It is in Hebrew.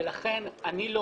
ולכן אני לא